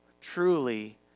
truly